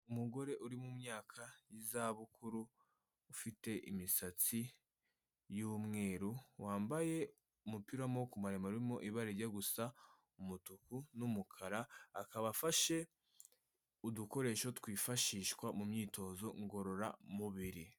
Umugore uri mu myaka y'izabukuru, ufite imisatsi y'umweru, wambaye umupira w'amaboko maremare urimo ibara rijya gusa umutuku n'umukara, akaba afashe udukoresho twifashishwa mu myitozo ngororamubiri.